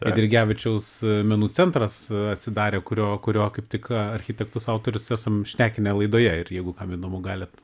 eidrigevičiaus menų centras atsidarė kurio kurio kaip tik architektus autorius esam šnekinę laidoje ir jeigu kam įdomu galit